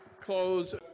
close